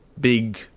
big